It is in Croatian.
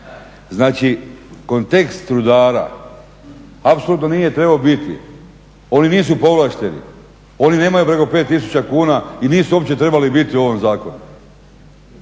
Znači kontekst rudara apsolutno nije trebao biti, oni nisu povlašteni, oni nemaju reko 5000 kuna i nisu uopće trebali biti u ovom zakonu